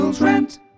rent